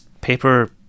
paper